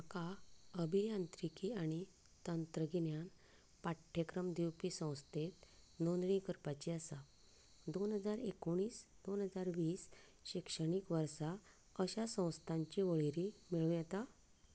म्हाका अभियांत्रिकी आनी तंत्रगिन्यान पाठ्यक्रम दिवपी संस्थेंत नोंदणी करपाची आसा दोन हजार एकोणीस दोन हजार वीस शिक्षणीक वर्सा अशा संस्थांची वळेरी मेळूंक येता